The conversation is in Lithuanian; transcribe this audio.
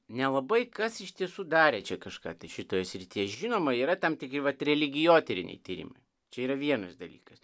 nelabai kas iš tiesų darė čia kažką šitoje srityje žinoma yra tam tik vat religijotyriniai tyrimai čia yra vienas dalykas